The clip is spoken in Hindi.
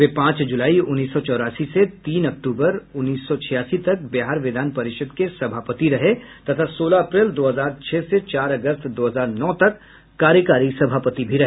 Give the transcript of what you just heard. वे पांच जुलाई उन्नीस सौ चौरासी से तीन अक्टूबर उन्नीस सौ छियासी तक बिहार विधान परिषद् के सभापति रहे तथा सोलह अप्रैल दो हजार छह से चार अगस्त दो हजार नौ तक कार्यकारी सभापति भी रहे